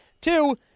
Two